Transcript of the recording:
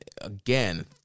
again